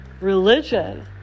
religion